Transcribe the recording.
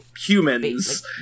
humans